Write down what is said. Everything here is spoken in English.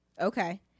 Okay